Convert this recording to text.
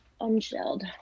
Unshelled